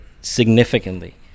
significantly